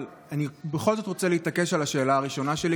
אבל אני בכל זאת רוצה להתעקש על השאלה הראשונה שלי,